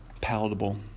palatable